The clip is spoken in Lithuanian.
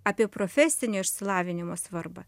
apie profesinio išsilavinimo svarbą